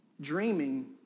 dreaming